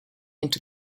into